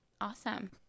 awesome